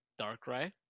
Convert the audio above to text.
Darkrai